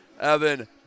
Evan